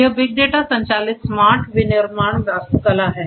यह big data संचालित smart विनिर्माण वास्तुकला है